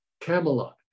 Camelot